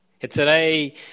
Today